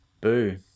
Boo